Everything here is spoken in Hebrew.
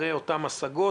אחרי אותן השגות.